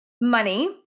money